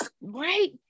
Right